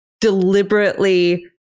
deliberately